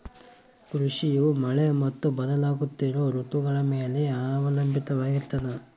ಕೃಷಿಯು ಮಳೆ ಮತ್ತು ಬದಲಾಗುತ್ತಿರೋ ಋತುಗಳ ಮ್ಯಾಲೆ ಅವಲಂಬಿತವಾಗಿರ್ತದ